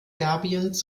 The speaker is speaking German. serbiens